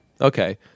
Okay